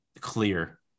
clear